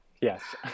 yes